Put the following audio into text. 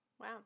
Wow